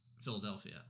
Philadelphia